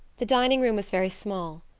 the dining-room was very small.